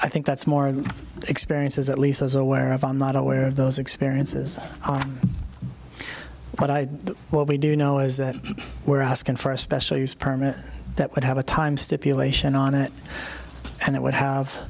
i think that's more of the experience is at least as aware of are not aware of those experiences what i what we do know is that we're asking for a special use permit that would have a time stipulation on it and it would have